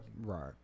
Right